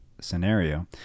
scenario